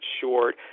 short